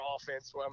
offense